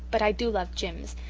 but i do love jims,